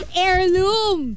heirloom